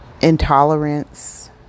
intolerance